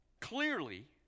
clearly